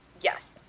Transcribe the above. Yes